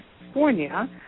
California